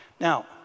Now